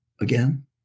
again